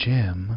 Jim